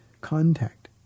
contact